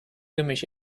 gemisch